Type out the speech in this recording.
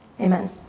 Amen